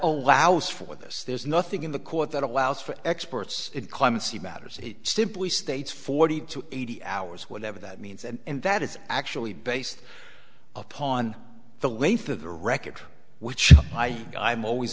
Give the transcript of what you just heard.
allows for this there's nothing in the court that allows for experts in clemency matters he simply states forty to eighty hours whatever that means and that is actually based upon the length of the record which i'm always